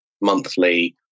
monthly